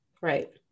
Right